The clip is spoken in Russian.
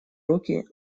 руки